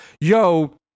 yo